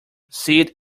seed